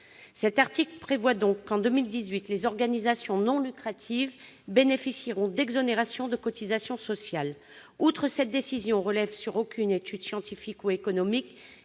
Cet article prévoit donc qu'en 2018 les organisations non lucratives bénéficieront d'exonérations de cotisations sociales. Outre que cette décision ne repose sur aucune étude scientifique ou économique